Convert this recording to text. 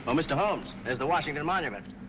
um mr. holmes, there's the washington monument.